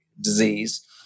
disease